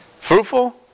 fruitful